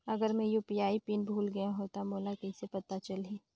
अगर मैं UPI PIN भुल गये हो तो मोला कइसे पता चलही?